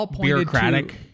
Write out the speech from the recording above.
bureaucratic